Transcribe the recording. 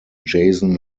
jason